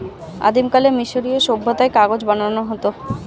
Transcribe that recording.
আদিমকালে মিশরীয় সভ্যতায় কাগজ বানানো হতো